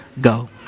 go